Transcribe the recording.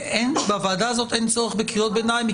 בוועדה הזאת אין צורך בקריאות ביניים,